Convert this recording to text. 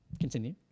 continue